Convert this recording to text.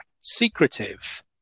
secretive